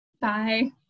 bye